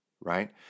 right